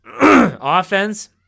Offense